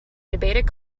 debated